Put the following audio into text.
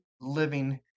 living